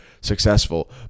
successful